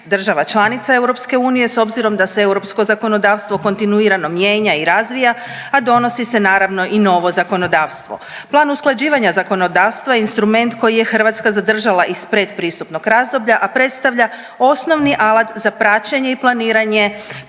država članica EU s obzirom da se europsko zakonodavstvo kontinuirano mijenja i razvija, a donosi se naravno i novo zakonodavstvo. Plan usklađivanja zakonodavstva instrument koji je Hrvatska zadržala iz predpristupnog razdoblja, a predstavlja osnovni alat za praćenje i planiranje